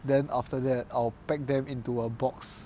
then after that I'll pack them into a box